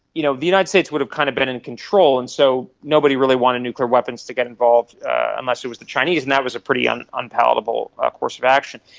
you know the united states would have kind of been in control, and so nobody really wanted nuclear weapons to get involved unless it was the chinese, and that was a pretty and unpalatable course of action.